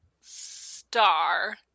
Star